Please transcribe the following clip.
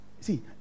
see